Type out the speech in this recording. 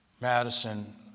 Madison